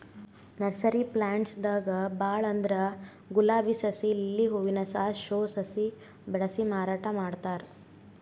nursery plants ದಾಗ್ ಭಾಳ್ ಅಂದ್ರ ಗುಲಾಬಿ ಸಸಿ, ಲಿಲ್ಲಿ ಹೂವಿನ ಸಾಸ್, ಶೋ ಸಸಿ ಬೆಳಸಿ ಮಾರಾಟ್ ಮಾಡ್ತಾರ್